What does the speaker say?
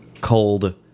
cold